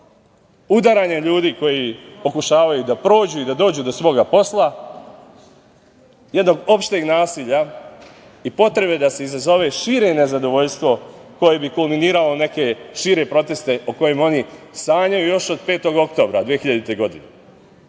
udaranje ljudi koji pokušavaju da prođu i da dođu do svoga posla, jednog opšteg nasilja i potrebe da se izazove šire nezadovoljstvo koje bi kulminiralo u neke šire proteste o kojima oni sanjaju još od 5. oktobra 2000. godine.